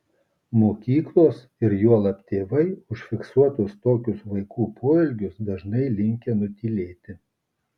mokyklos ir juolab tėvai užfiksuotus tokius vaikų poelgius dažnai linkę nutylėti